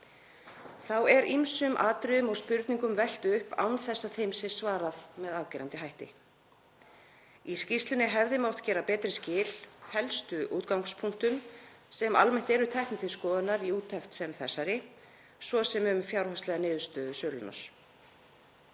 Þá er ýmsum atriðum og spurningum velt upp án þess að þeim sé svarað með afgerandi hætti. Í skýrslunni hefði mátt gera betri skil helstu útgangspunktum sem almennt eru teknir til skoðunar í úttekt sem þessari, svo sem um fjárhagslega niðurstöðu sölunnar.